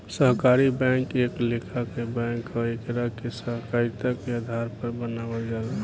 सहकारी बैंक एक लेखा के बैंक ह एकरा के सहकारिता के आधार पर बनावल जाला